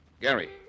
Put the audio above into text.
Gary